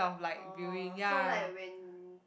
oh so like when